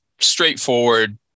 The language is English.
straightforward